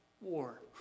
war